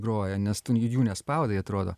groja nes ten į jų nespaudai atrodo